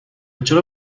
چرا